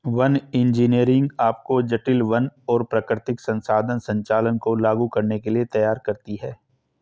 one engineering आपको जटिल वन और प्राकृतिक संसाधन संचालन को लागू करने के लिए तैयार करती है